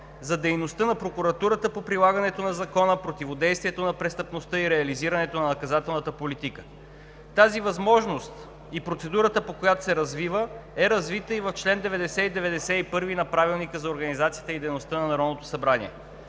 за дейността на прокуратурата по прилагането на закона, противодействието на престъпността и реализирането на наказателната политика. Тази възможност и процедурата, по която се развива, е развита и в чл. 90 и чл. 91 на Правилника за